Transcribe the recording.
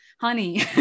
honey